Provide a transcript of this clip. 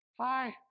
Hi